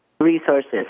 resources